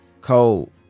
cold